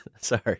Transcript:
sorry